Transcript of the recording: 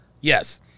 yes